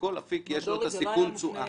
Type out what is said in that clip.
לכל אפיק יש את הסיכון תשואה.